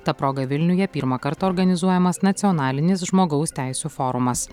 ta proga vilniuje pirmą kartą organizuojamas nacionalinis žmogaus teisių forumas